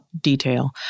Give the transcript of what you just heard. detail